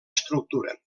estructura